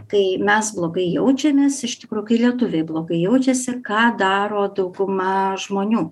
kai mes blogai jaučiamės iš tikro kai lietuviai blogai jaučiasi ką daro dauguma žmonių